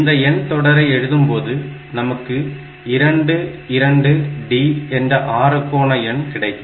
இந்த எண் தொடரை எழுதும்போது நமக்கு 22D என்ற அறுகோண எண் கிடைக்கும்